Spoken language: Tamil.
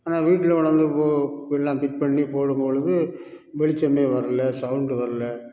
ஆனால் வீட்டில் கொண்டு வந்து இப்போது எல்லாம் ஃபிட் பண்ணி போடும்பொழுது வெளிச்சம் வரல சவுண்ட் வரல